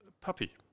Puppy